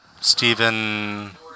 Stephen